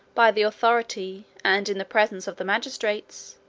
by the authority, and in the presence, of the magistrates,